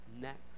next